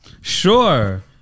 Sure